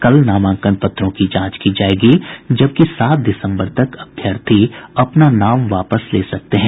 कल नामांकन पत्रों की जांच की जायेगी जबकि सात दिसम्बर तक अभ्यर्थी अपना नाम वापस ले सकते हैं